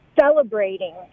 celebrating